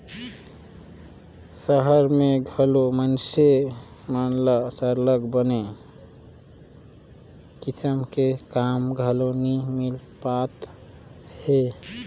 सहर में घलो मइनसे मन ल सरलग बने किसम के काम घलो नी मिल पाएत हे